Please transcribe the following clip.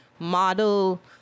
model